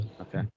Okay